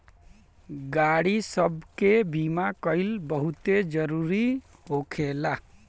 गाड़ी सब के बीमा कइल बहुते जरूरी होखेला